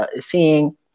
seeing